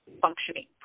functioning